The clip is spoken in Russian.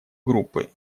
группы